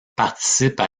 participent